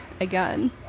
again